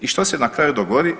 I što se na kraju dogodi?